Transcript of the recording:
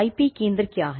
IP केंद्र क्या है